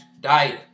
diet